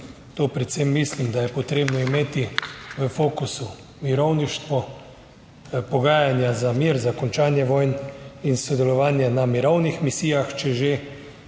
to predvsem mislim, da je potrebno imeti v fokusu mirovništvo, pogajanja za mir, za končanje vojn in sodelovanje na mirovnih misijah, če že